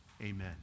amen